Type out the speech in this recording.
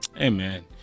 Amen